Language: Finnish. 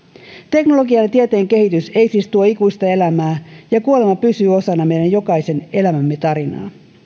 teknologian ja tieteen kehitys ei siis tuo ikuista elämää ja kuolema pysyy osana meidän jokaisen elämäntarinaa